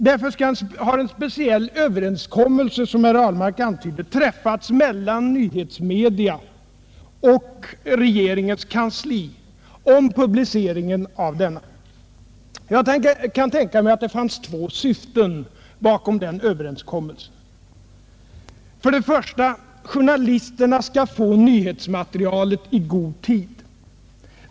Därför har en speciell överenskommelse — som herr Ahlmark antydde — träffats mellan nyhetsmedia och regeringens kansli om publiceringen av denna. Jag kan tänka mig att det fanns två syften bakom den överenskommelsen: 1. Journalisterna skall få nyhetsmaterialet i god tid.